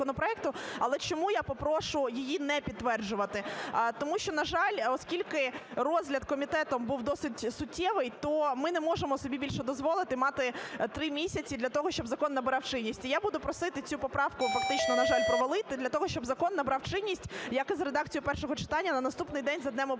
Але чому я попрошу її не підтверджувати? Тому що, на жаль, оскільки розгляд комітетом був досить суттєвий, то ми не можемо собі більше дозволити мати 3 місяці для того, щоб закон набирав чинність. І я буду просити цю поправку фактично, на жаль, провалити для того, щоб закон набрав чинність, як і за редакцією першого читання, на наступний день за днем опублікування.